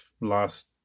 last